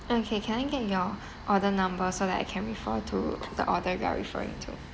okay can I get your order number so that I can refer to the order you are referring to